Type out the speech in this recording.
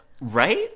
Right